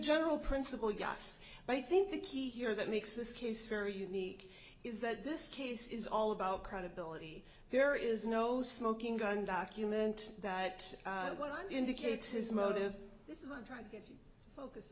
general principle of gas but i think the key here that makes this case very unique is that this case is all about credibility there is no smoking gun document that indicates his motive this is what i'm trying to get you focus